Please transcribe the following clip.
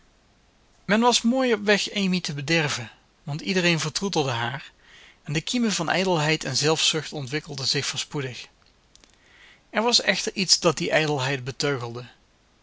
men was mooi op weg amy te bederven want iedereen vertroetelde haar en de kiemen van ijdelheid en zelfzucht ontwikkelden zich voorspoedig er was echter iets dat die ijdelheid beteugelde